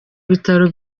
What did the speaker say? bitaro